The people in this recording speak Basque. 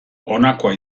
honakoa